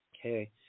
Okay